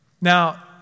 Now